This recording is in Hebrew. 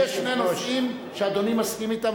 יש שני נושאים שאדוני מסכים אתם,